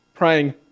Praying